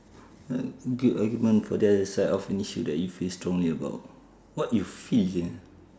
good argument for the other side of an issue that you feel strongly about what you feel